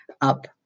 up